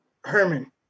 Herman